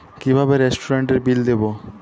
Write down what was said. কিভাবে রেস্টুরেন্টের বিল দেবো?